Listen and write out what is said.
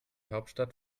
hauptstadt